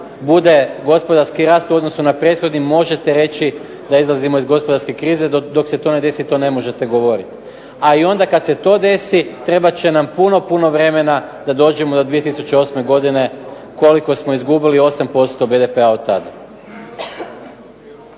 bude gospodarski rast u odnosu na prethodni možete reći da izlazimo iz gospodarske krize. Dok se to ne desi to ne možete govorit, a i onda kad se to desi trebat će nam puno puno vremena da dođemo do 2008. godine koliko smo izgubili 8% BDP-a od tad.